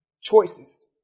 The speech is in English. Choices